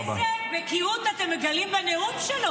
תודה רבה.